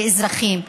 באזרחים.